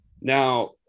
Now